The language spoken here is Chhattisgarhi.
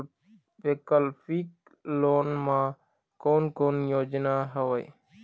वैकल्पिक लोन मा कोन कोन योजना हवए?